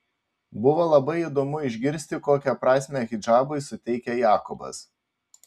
buvo labai įdomu išgirsti kokią prasmę hidžabui suteikia jakobas